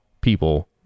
people